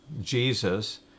Jesus